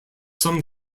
some